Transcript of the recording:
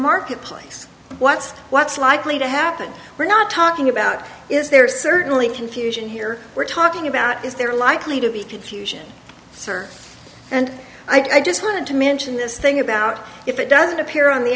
marketplace what's what's likely to happen we're not talking about is there certainly confusion here we're talking about is there likely to be confusion and i just wanted to mention this thing about if it doesn't appear on the